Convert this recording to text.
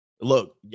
Look